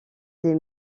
des